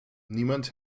niemand